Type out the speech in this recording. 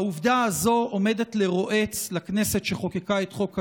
העובדה הזאת עומדת לרועץ לכנסת שחוקקה את חוק הלאום,